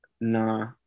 Nah